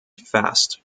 fast